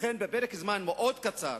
לכן בפרק זמן מאוד קצר